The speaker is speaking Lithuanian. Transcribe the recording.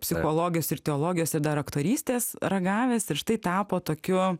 psichologijos ir teologijos ir dar aktorystės ragavęs ir štai tapo tokiu